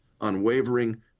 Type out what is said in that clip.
unwavering